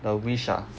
a wish ah